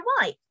White